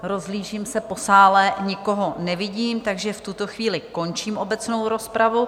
Rozhlížím se po sále, nikoho nevidím, takže v tuto chvíli končím obecnou rozpravu.